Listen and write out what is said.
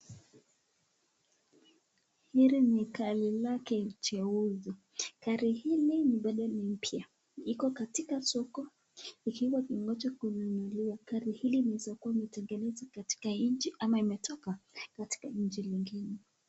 Hili ni gari nyeusi gari hili bado ni mpya liko katika soko, inacho nunuliwa gari hili ni soko lilotengenezwa nchi ama imetoka katika inchi nyingine.